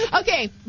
Okay